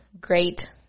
great